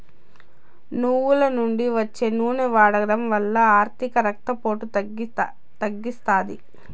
నువ్వుల నుండి వచ్చే నూనె వాడడం వల్ల అధిక రక్త పోటును తగ్గిస్తాది